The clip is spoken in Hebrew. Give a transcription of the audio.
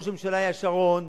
ראש הממשלה היה שרון,